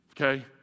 okay